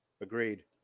Agreed